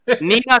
Nina